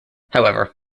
however